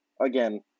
again